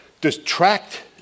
distract